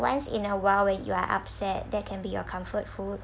once in a while when you are upset that can be your comfort food